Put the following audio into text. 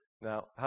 Now